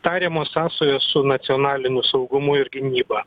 tariamos sąsajos su nacionaliniu saugumu ir gynyba